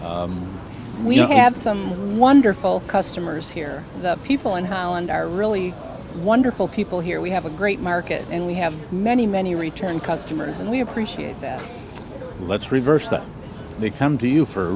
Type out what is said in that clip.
we have some wonderful customers here the people in holland are really wonderful people here we have a great market and we have many many return customers and we appreciate that let's reverse that they come to you for a